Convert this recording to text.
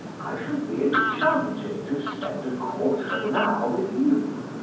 i shall be enchanted to spend a quarter of an hour with you.